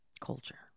Culture